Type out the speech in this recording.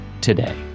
today